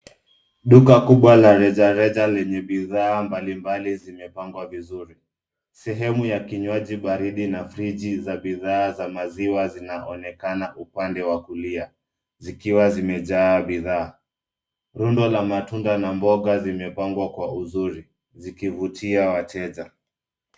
Duka kubwa la rejareja lenye bidhaa mbalimbali zimepangwa vizuri, sehemu ya kinywaji baridi na friji za bidhaa za maziwa zinaonekana upande wa kulia zikiwa zimejaa bidhaa ,rundo la matunda na mboga zimepangwa kwa uzuri zikivutia wateja.